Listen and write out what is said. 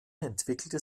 entwickelte